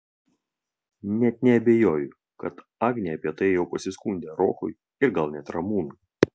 net neabejoju kad agnė apie tai jau pasiskundė rokui ir gal net ramūnui